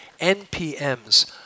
NPMs